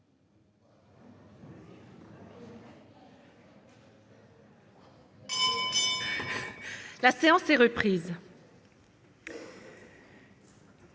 La séance est reprise.